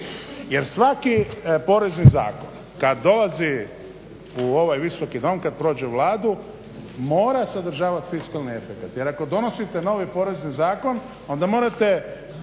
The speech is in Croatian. jer svaki porezni zakon kad dolazi u ovaj Visoki dom, kad prođe Vladu mora sadržavati fiskalni efekat jer ako donesete novi porezni zakon onda morate